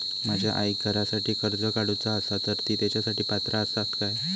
माझ्या आईक घरासाठी कर्ज काढूचा असा तर ती तेच्यासाठी पात्र असात काय?